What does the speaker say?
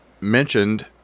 mentioned